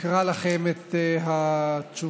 אקרא לכם את התשובה.